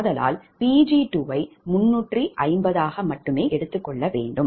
ஆதலால் Pg2 ஐ 350 ஆக மட்டுமே எடுத்துக்கொள்ள வேண்டும்